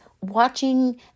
watching